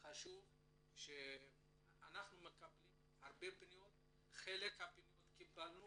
אנחנו מקבלים פניות רבות, חלק מהפניות שקיבלנו